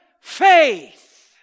faith